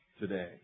today